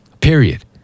period